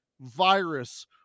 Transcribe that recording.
virus